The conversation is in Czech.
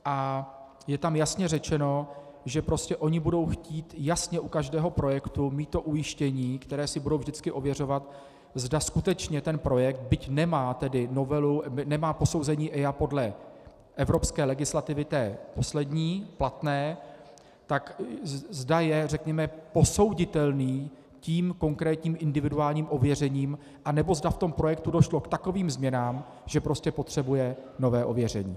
A je tam jasně řečeno, že oni budou chtít jasně u každého projektu mít to ujištění, které si budou vždycky ověřovat, zda skutečně ten projekt, byť nemá posouzení EIA podle evropské legislativy, té poslední, platné, tak zda je řekněme posouditelný tím konkrétním individuálním ověřením, nebo zda v tom projektu došlo k takovým změnám, že prostě potřebuje nové ověření.